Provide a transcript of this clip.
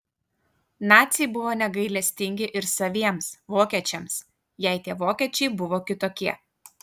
naciai buvo negailestingi ir saviems vokiečiams jei tie vokiečiai buvo kitokie